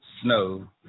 snow